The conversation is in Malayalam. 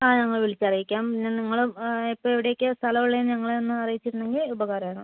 ആ ഞങ്ങൾ വിളിച്ച് അറിയിക്കാം പിന്നെ നിങ്ങൾ ഇപ്പോൾ എവിടെ ഒക്കെയാണ് സ്ഥലം ഉള്ളതെന്ന് ഞങ്ങളെ ഒന്ന് അറിയിച്ചിരുന്നെങ്കിൽ ഉപകാരം ആയിരുന്നു